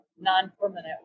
non-permanent